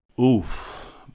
Oof